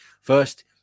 First